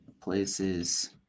Places